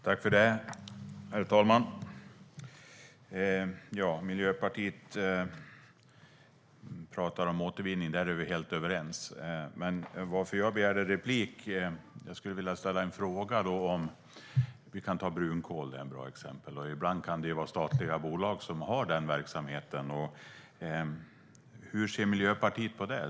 Herr talman! Miljöpartiet pratar om återvinning. Där är vi helt överens. Jag begärde replik därför att jag vill ställa en fråga. Vi kan ta brunkol - det är ett bra exempel. Ibland kan det vara statliga bolag som har sådan verksamhet. Hur ser Miljöpartiet på det?